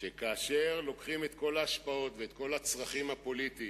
שכאשר לוקחים את כל ההשפעות ואת כל הצרכים הפוליטיים,